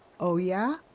oh yeah?